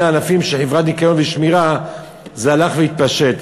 ענפים של חברות ניקיון ושמירה זה הלך והתפשט.